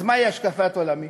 אז מהי השקפת עולמי?